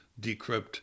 decrypt